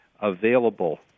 available